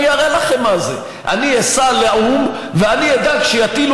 אני אראה לכם מה זה: אני אסע לאו"ם ואני אדאג שיטילו